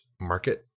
market